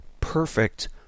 perfect